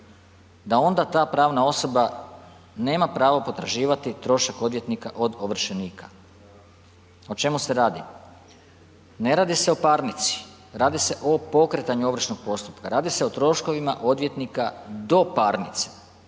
da onda ta pravna osoba nema pravo potraživati trošak odvjetnika od ovršenika. O čemu se radi? Ne radi se o parnici, radi se o pokretanju ovršnog postupka. Radi se o troškovima odvjetnika do parnice.